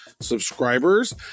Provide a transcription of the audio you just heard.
subscribers